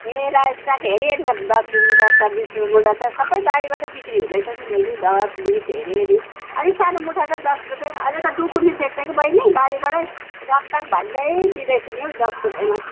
ए रायो साग हेरि हेरि छ दस रुपियाँ मुठा छ बिस रुपियाँ मुठा छ सबै बारीबाटै बिक्री हुँदैछ नि बहिनी दस बिस हेरि हेरि अलिक सानो मुठा छ दस रुपियाँ अहिले त डुकु निस्किएको छ कि कि बहिनी बारीबाटै ट्वाकट्वाक भाँच्दै दिँदैछु नि हौ दस रुपियाँ मुठा